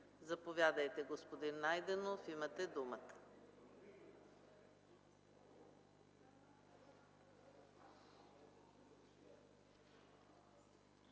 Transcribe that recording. Заповядайте, господин Найденов. Имате думата.